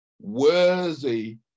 worthy